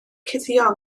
cuddio